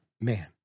man